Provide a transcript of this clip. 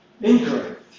Incorrect